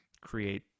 create